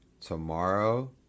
Tomorrow